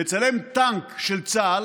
לצלם טנק של צה"ל